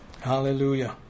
Hallelujah